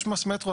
יש מס מטרו,